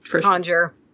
Conjure